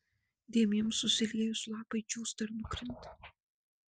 dėmėms susiliejus lapai džiūsta ir nukrinta